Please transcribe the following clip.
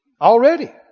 already